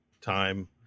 time